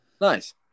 Nice